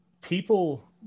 people